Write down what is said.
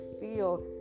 feel